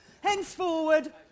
Henceforward